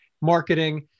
marketing